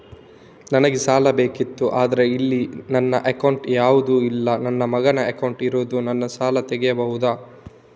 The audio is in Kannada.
ನನಗೆ ಸಾಲ ಬೇಕಿತ್ತು ಆದ್ರೆ ಇಲ್ಲಿ ನನ್ನ ಅಕೌಂಟ್ ಯಾವುದು ಇಲ್ಲ, ನನ್ನ ಮಗನ ಅಕೌಂಟ್ ಇರುದು, ನಾನು ಸಾಲ ತೆಗಿಬಹುದಾ?